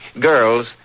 Girls